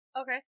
Okay